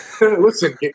Listen